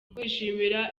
kwishimira